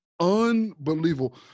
unbelievable